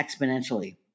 exponentially